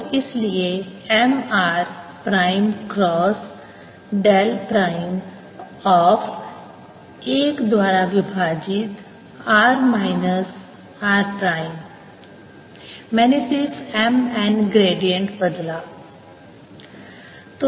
और इसलिए M r prime cross del prime of 1 द्वारा विभाजित r माइनस r प्राइम मैंने सिर्फ M n ग्रेडिएंट बदला किया है